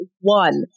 one